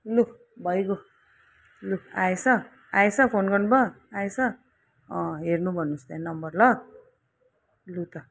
लु भइगयो लु आएछ आएछ फोन गर्नुभयो आएछ अँ हेर्नु भन्नुहोस् त्यहाँ नम्बर ल लु त